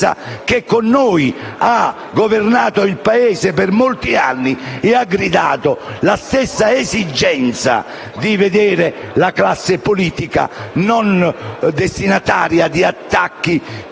che con noi ha governato il Paese per molti anni ed ha gridato questa stessa esigenza di vedere la classe politica non destinataria di attacchi